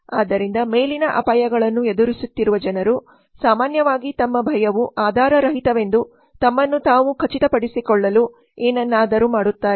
ಆದ್ದರಿಂದ ಮೇಲಿನ ಅಪಾಯಗಳನ್ನು ಎದುರಿಸುತ್ತಿರುವ ಜನರು ಸಾಮಾನ್ಯವಾಗಿ ತಮ್ಮ ಭಯವು ಆಧಾರರಹಿತವೆಂದು ತಮ್ಮನ್ನು ತಾವು ಖಚಿತಪಡಿಸಿಕೊಳ್ಳಲು ಏನನ್ನಾದರೂ ಮಾಡುತ್ತಾರೆ